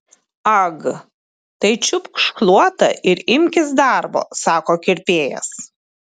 ag tai čiupk šluotą ir imkis darbo sako kirpėjas